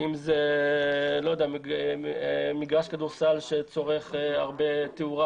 למשל מגרש כדורסל שצורך הרבה תאורה